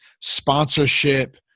sponsorship